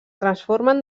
transformen